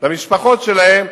ולמשפחות שלהם,